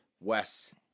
Wes